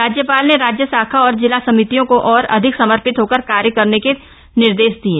राज्यपाल ने राज्य शाखा और जिला समितियों को और अधिक समर्पित होकर कार्य करने के निर्देश दिये